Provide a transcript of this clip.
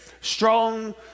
strong